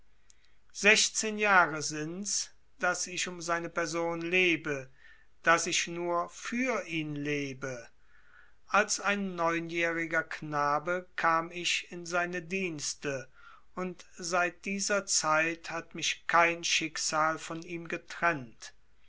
sechzehn jahre sinds daß ich um seine person lebe daß ich nur für ihn lebe als ein neunjähriger knabe kam ich in seine dienste und seit dieser zeit hat mich kein schicksal von ihm getrennt